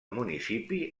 municipi